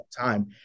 time